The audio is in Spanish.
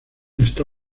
está